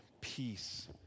peace